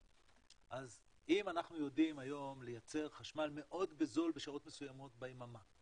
אז אם אנחנו יודעים היום לייצר חשמל מאוד בזול בשעות מסוימות ביממה,